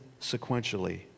sequentially